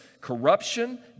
corruption